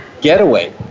getaway